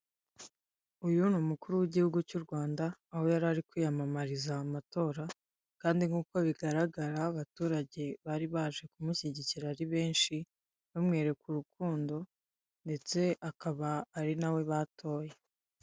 Uyu ni umukuru w'igihugu cy'u Rwanda, aho yari kwiyamamariza amatora kandi nk'uko bigaragara abaturage bari baje kumushyigikira ari benshi, bamwereka urukundo ndetse akaba ari nawe batoye.